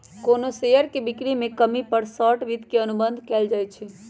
कोनो शेयर के बिक्री में कमी पर शॉर्ट वित्त के अनुबंध कएल जाई छई